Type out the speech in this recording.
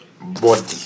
body